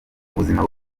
ubuzima